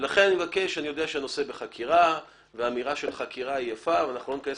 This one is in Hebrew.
אני יודע שהנושא בחקירה ואמירה של חקירה יפה ואנחנו לא ניכנס